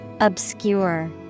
Obscure